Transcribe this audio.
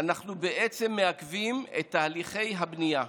אנחנו בעצם מעכבים את תהליכי הבנייה.